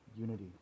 unity